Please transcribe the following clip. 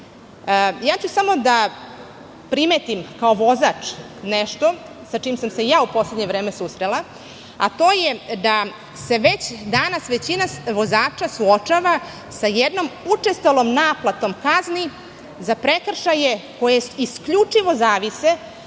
ću da primetim kao vozač nešto sa čime sam se u poslednje vreme susrela, a to je da se već danas većina vozača suočava sa jednom učestalom naplatom kazni za prekršaje koje isključivo zavise